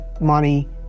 money